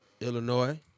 Illinois